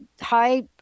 Hi